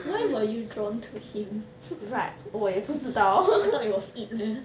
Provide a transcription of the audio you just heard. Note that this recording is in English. why were you drawn to him I thought it was it leh